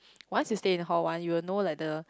once you stay in hall one you will know like the